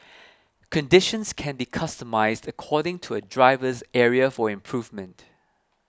conditions can be customised according to a driver's area for improvement